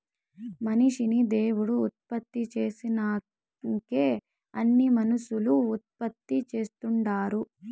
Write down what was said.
మనిషిని దేవుడు ఉత్పత్తి చేసినంకే అన్నీ మనుసులు ఉత్పత్తి చేస్తుండారు